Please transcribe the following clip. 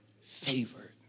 favored